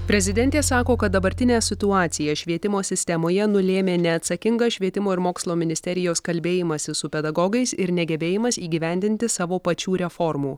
prezidentė sako kad dabartinė situacija švietimo sistemoje nulėmė neatsakingą švietimo ir mokslo ministerijos kalbėjimąsi su pedagogais ir negebėjimas įgyvendinti savo pačių reformų